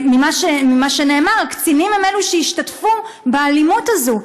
ממה שנאמר, הקצינים הם שהשתתפו באלימות הזאת.